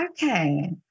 Okay